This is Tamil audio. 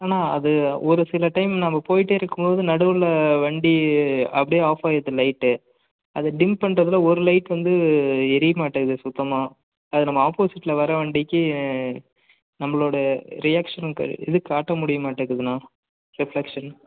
அண்ணா அது ஒரு சில டைம் நம்ம போய்கிட்டே இருக்கும் போது நடுவில் வண்டி அப்படியே ஆஃப் ஆகிருது லைட்டு அது டிம் பண்றதில் ஒரு லைட்டு வந்து எரிய மாட்டிக்குது சுத்தமாக அது நம்ம ஆப்போசிட்டில் வர வண்டிக்கு நம்மளோட ரியாக்ஷன் க இது காட்ட முடிய மாட்டிக்குதுண்ணா ரிஃப்லக்ஷன்